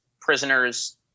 prisoners